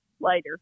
later